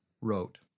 wrote